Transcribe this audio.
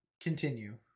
Continue